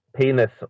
penis